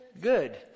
Good